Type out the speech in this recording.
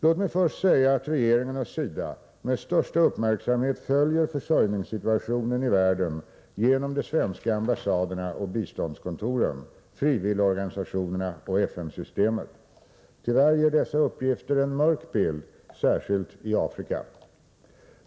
Låt mig först säga att regeringen och SIDA med största uppmärksamhet följer försörjningssituationen i världen genom de svenska ambassaderna och biståndskontoren, frivilligorganisationerna och FN-systemet. Tyvärr ger dessa uppgifter en mörk bild, särskilt i fråga om Afrika.